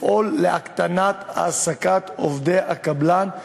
לפעול להקטנת העסקת עובדי הקבלן,